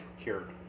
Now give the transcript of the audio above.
cured